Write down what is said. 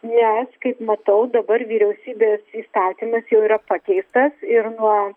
nes kaip matau dabar vyriausybės įstatymas jau yra pakeistas ir nuo